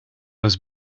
was